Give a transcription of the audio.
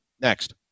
Next